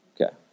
Okay